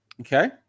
okay